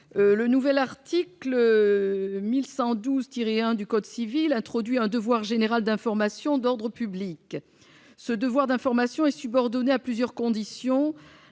Le nouvel article 1112 tirer 1 du Code civil introduit un devoir général d'informations d'ordre public, ce devoir d'information est subordonné à plusieurs conditions,